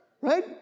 right